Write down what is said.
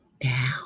down